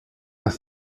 las